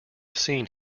scene